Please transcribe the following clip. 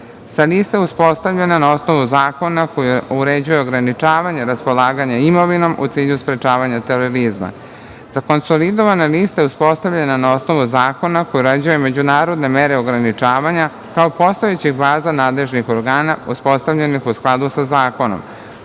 Lista je uspostavljena na osnovu zakona koji uređuje ograničavanje raspolaganja imovinom u cilju sprečavanja terorizma. Konsolidovana lista je uspostavljena na osnovu zakona koji uređuje međunarodne mere ograničavanja kao postojećih baza nadležnih organa uspostavljenih u skladu sa zakonom,